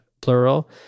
plural